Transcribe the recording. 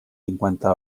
cinquanta